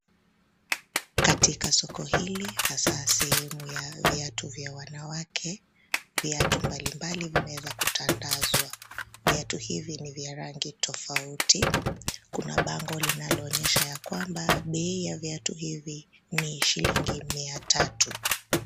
Katika soko hili hasa sehemu ya viatu vya wanawake, viatu mbali mbali vimeweza kutandanzwa viatu hivi ni vya rangi tofauti. Kuna bango linaonyesha ya kwamba bei ya viatu hivi ni shilingi mia tatu.